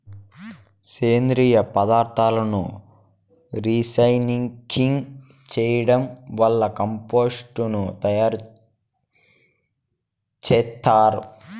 సేంద్రీయ పదార్థాలను రీసైక్లింగ్ చేయడం వల్ల కంపోస్టు ను తయారు చేత్తారు